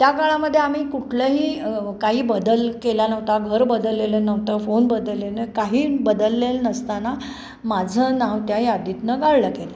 त्या काळामध्ये आम्ही कुठलंही काही बदल केला नव्हता घर बदललेलं नव्हतं फोन बदलले काही बदललेलं नसताना माझं नाव त्या यादीतनं गाळलं गेलं